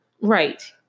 Right